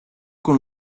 con